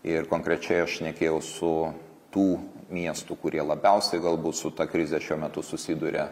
ir konkrečiai aš šnekėjau su tų miestų kurie labiausiai galbūt su ta krize šiuo metu susiduria